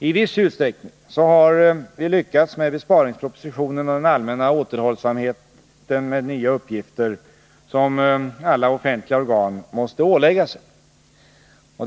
I viss utsträckning har vi lyckats med besparingspropositionen och den allmänna återhållsamhet med nya utgifter som alla offentliga organ måste ålägga sig.